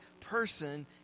person